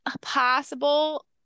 possible